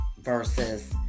versus